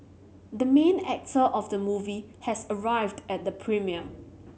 the main actor of the movie has arrived at the premiere